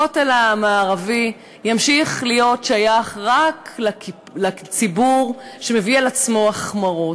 הכותל המערבי ימשיך להיות שייך רק לציבור שמביא על עצמו החמרות.